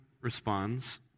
responds